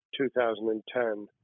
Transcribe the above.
2010